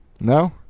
No